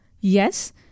Yes